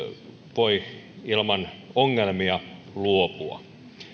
voi ilman ongelmia luopua